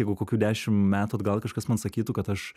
jeigu kokių dešim metų atgal kažkas man sakytų kad aš